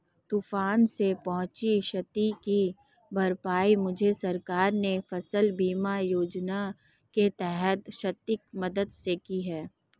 तूफान से पहुंची क्षति की भरपाई मुझे सरकार ने फसल बीमा योजना के तहत आर्थिक मदद से की है